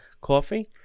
coffee